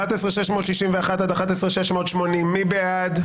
11,661 עד 11,680, מי בעד?